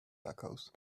tacos